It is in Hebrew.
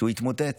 כשהוא התמוטט.